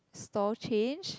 store change